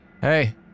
Hey